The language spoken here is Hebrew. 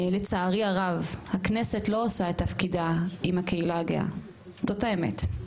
לצערי הרב הכנסת לא עושה את תפקידה עם הקהילה הגאה - זאת האמת.